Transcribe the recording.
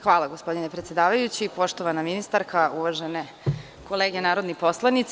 Hvala gospodine predsedavajući, poštovana ministarko, uvažene kolege narodni poslanici.